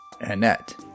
Annette